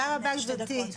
תודה רבה גברתי.